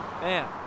Man